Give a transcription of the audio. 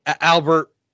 Albert